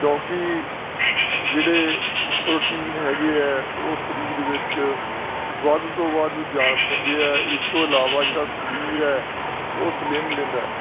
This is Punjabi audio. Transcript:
ਕਿਉਂਕਿ ਜਿਹੜੇ ਪ੍ਰੋਟੀਨ ਹੈਗੇ ਆ ਉਹ ਸਰੀਰ ਵਿੱਚ ਵੱਧ ਤੋਂ ਵੱਧ ਜਾਨ ਪਾਉਂਦੇ ਆ ਇਸ ਤੋਂ ਇਲਾਵਾ ਜਿਹੜਾ ਸਰੀਰ ਹੈ ਉਹ ਸਲਿਮ ਰਹਿੰਦਾ